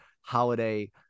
holiday